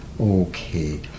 Okay